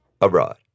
abroad